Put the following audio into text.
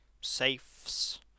safes